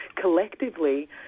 collectively